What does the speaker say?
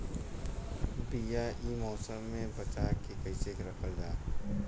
बीया ए मौसम में बचा के कइसे रखल जा?